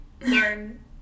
Learn